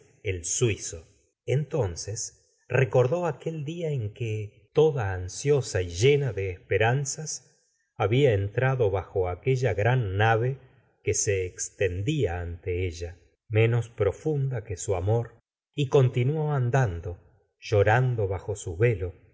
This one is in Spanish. el suizo entonces recordó aquel día en que toda ansiosa y llena de esperanzas habia ent ado bajo aquella gran nave que se extendía ante ella menos profunda que su amor y continuó andando llorando b jo su velo